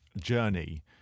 journey